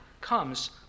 comes